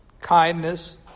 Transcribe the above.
kindness